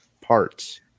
parts